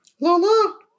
Lola